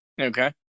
Okay